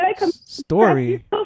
story